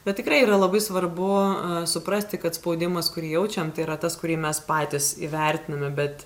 bet tikrai yra labai svarbu suprasti kad spaudimas kurį jaučiam tai yra tas kurį mes patys įvertiname bet